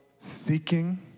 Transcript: Seeking